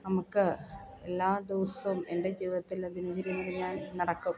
നമുക്ക് എല്ലാ ദിവസവും എൻ്റെ ജീവിതത്തിൽ ദിനചര്യയെന്ന് പറഞ്ഞാൽ നടക്കും